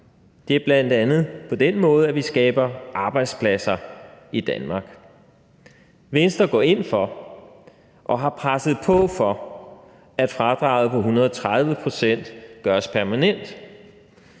Det er blandt andet på den måde, at vi skaber arbejdspladser i Danmark. Venstre går ind for og har presset på for, at fradraget på 130 pct. gøres permanent.